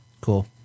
Cool